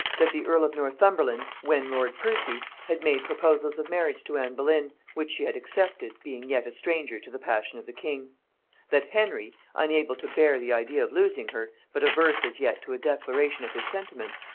that the earl of northumberland, when lord percy, had made proposals of marriage to anne boleyn, which she had accepted, being yet a stranger to the passion of the king that henry, unable to bear the idea of losing her, but averse as yet to a declaration of his sentiments,